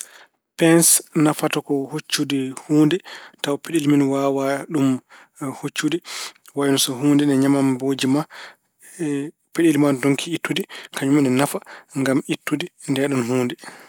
Peens nafata ko hoccude huunde tawa peɗeeli waawaa ɗum hoccude. Wayno so huunde ene ñamammbooji peɗeeli ma ndokki ittude, kañum ina nafa ngam ittude ndeeɗoon huunde.